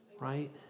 Right